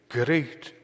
great